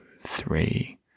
Three